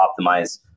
optimize